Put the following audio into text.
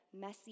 messy